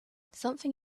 something